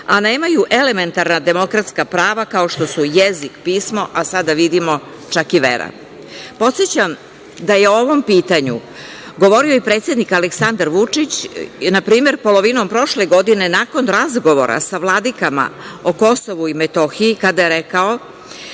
a nemaju elementarna demokratska prava kao što su jezik, pismo, a sada vidimo čak i vera. Podsećam da je o ovom pitanju govorio i predsednik Aleksandar Vučić, na primer, polovinom prošle godine, nakon razgovora sa vladikama o Kosovu i Metohiji, kada je rekao